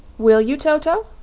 will you, toto?